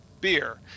beer